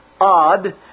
odd